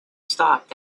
stopped